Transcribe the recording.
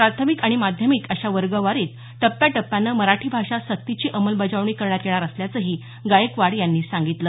प्राथमिक आणि माध्यमिक अशा वर्गवारीत टप्प्याटप्प्यानं मराठी भाषा सक्तीची अंमलबजावणी करण्यात येणार असल्याचंही गायकवाड यांनी सांगितलं